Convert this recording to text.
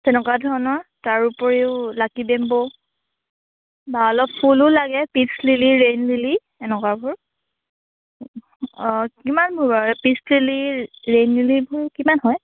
তেনেকুৱা ধৰণৰ তাৰ উপৰিও লাকী বেমবো বা অলপ ফুলো লাগে পিচ লিলি ৰেইন লিলি এনেকোৱাবোৰ কিমানবোৰ বাৰু এই পিচ লিলি ৰেইন লিলিবোৰ কিমান হয়